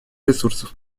ресурсов